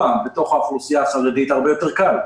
בתוך האוכלוסייה החרדית הרבה יותר קל.